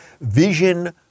Vision